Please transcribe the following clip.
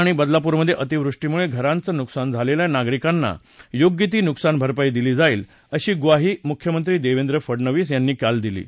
कल्याण आणि बदलापूरमधे अतिवृष्टीमुळे घरांचं नुकसान झालेल्या नागरिकांना योग्य ती नुकसान भरपाई दिली जाईल अशी म्वाही मुख्यमंत्री देवेंद्र फडनवीस यांनी दिली आहे